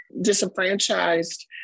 disenfranchised